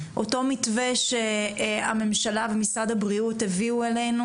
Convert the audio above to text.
אותו מתווה שהממשלה ומשרד הבריאות הביאו אלינו,